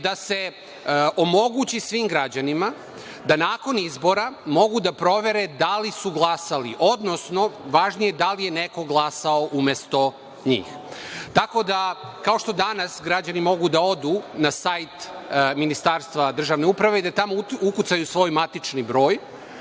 da se omogući svim građanima da nakon izbora mogu da provere da li su glasali, odnosno važnije da li je neko glasao umesto njih. Tako da, kao što danas građani mogu da odu na sajt Ministarstva državne uprave i da tamo ukucaju svoj matični broj